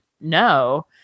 no